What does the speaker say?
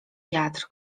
wiatr